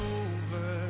over